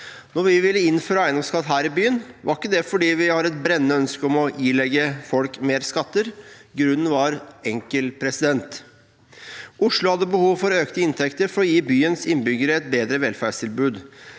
Når vi ville innføre eiendomsskatt her i byen, var ikke det fordi vi har et brennende ønske om å ilegge folk mer skatter. Grunnen var enkel: Oslo hadde behov for økte inntekter for å gi byens innbyggere et bedre velferdstilbud